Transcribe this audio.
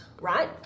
right